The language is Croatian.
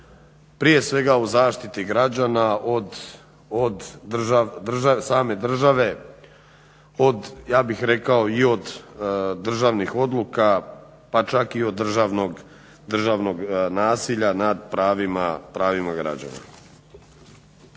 prije svega u zaštiti građana od same države i od državnih odluka pa čak i od državnog nasilja nad pravima građana.